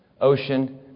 Ocean